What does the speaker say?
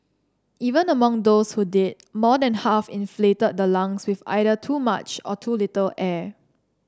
even among those who did more than half inflated the lungs with either too much or too little air